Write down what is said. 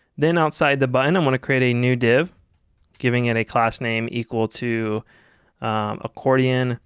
then outside the button i'm going to create a new div giving it a class name equal to accordion